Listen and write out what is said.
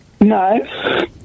No